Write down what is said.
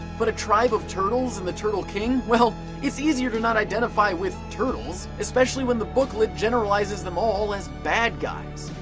but a tribe of turtles and the turtle king, well it is easier to not identify with turtles. especially when the booklet generalizes them all as bad guys.